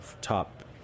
top